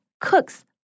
Cooks